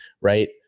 Right